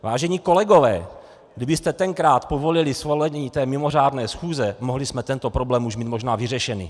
Vážení kolegové, kdybyste tenkrát povolili svolení té mimořádné schůze, mohli jsme tento problém už mít možná vyřešený!